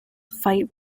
fight